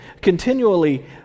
continually